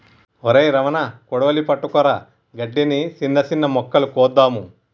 ఒరై రమణ కొడవలి పట్టుకురా గడ్డిని, సిన్న సిన్న మొక్కలు కోద్దాము